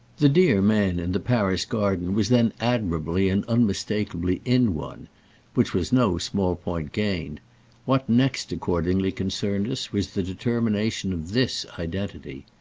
the dear man in the paris garden was then admirably and unmistakeably in one which was no small point gained what next accordingly concerned us was the determination of this identity.